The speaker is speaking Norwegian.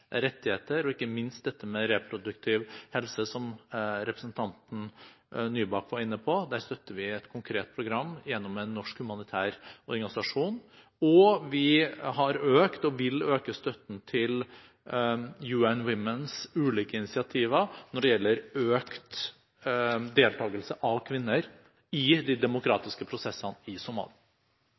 rettigheter, ikke minst dette med reproduktiv helse, som representanten Nybakk var inne på. Der støtter vi et konkret program gjennom en norsk humanitær organisasjon. Vi har også økt – og vil øke – støtten til UN Womens ulike initiativer når det gjelder økt deltakelse av kvinner i de demokratiske prosessene i Somalia.